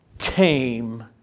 came